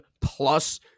plus